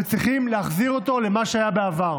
וצריכים להחזיר את מה שהיה בעבר.